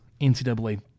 NCAA